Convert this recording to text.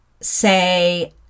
say